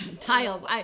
Tiles